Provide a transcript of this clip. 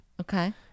Okay